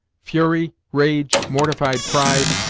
fury, rage, mortified pride,